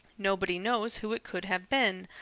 nobody knows who it could have been,